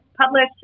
published